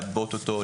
לעבות אותו,